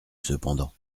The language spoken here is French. cependant